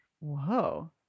Whoa